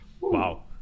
Wow